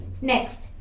Next